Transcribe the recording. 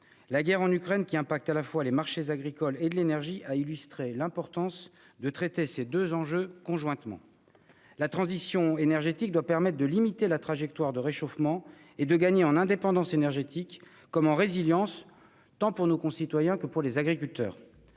La guerre en Ukraine, qui affecte à la fois les marchés agricoles et énergétiques, illustre l'importance de traiter ces deux enjeux conjointement. La transition énergétique doit permettre de limiter la trajectoire de réchauffement climatique et de gagner autant en indépendance énergétique qu'en résilience, à la fois pour nos concitoyens et nos agriculteurs.